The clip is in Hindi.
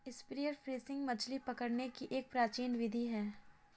स्पीयर फिशिंग मछली पकड़ने की एक प्राचीन विधि है